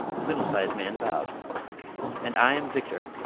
the middle-sized man bowed and i am victor.